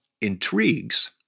intrigues